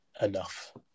enough